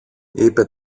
είπε